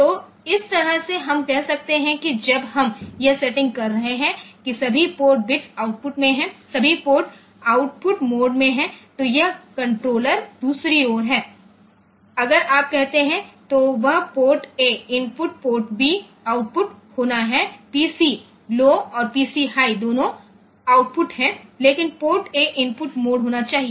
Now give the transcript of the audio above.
तो इस तरह से हम कह सकते हैं कि जब हम यह सेटिंग कर रहे हैं कि सभी पोर्ट बिट्स आउटपुट में हैं सभी पोर्ट आउटपुट मोड में हैं तो यह कंट्रोलर दूसरी ओर है अगर आप कहते हैं तो वह port A input port B output होना हैं पीसी लौ और पीसी हाई दोनों आउटपुट हैं लेकिन पोर्ट ए इनपुट मोड होना चाहिए